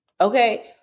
Okay